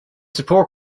support